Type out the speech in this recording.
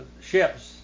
ships